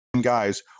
guys